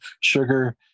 sugar